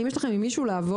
האם יש לכם עם מישהו לעבוד?